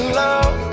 love